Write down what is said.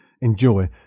enjoy